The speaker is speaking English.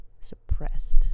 suppressed